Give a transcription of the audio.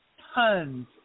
tons